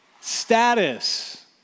Status